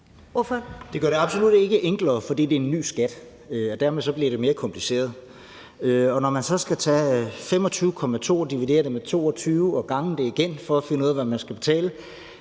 Det gør det absolut ikke enklere. For det er en ny skat, og dermed bliver det mere kompliceret, og når man så skal tage 25,2 og dividere det med 22 og gange det igen for at finde ud af, hvad man skal betale,